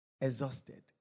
exhausted